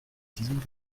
diesem